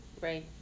Right